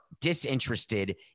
disinterested